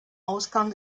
ausgang